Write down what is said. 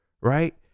right